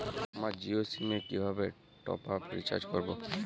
আমার জিও সিম এ কিভাবে টপ আপ রিচার্জ করবো?